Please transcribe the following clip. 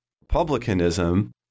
Republicanism